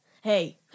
Hey